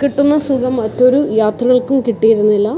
കിട്ടുന്ന സുഖം മറ്റൊരു യാത്രകൾക്കും കിട്ടിയിരുന്നില്ല